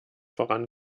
voran